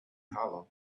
hollow